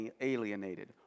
alienated